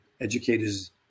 Educators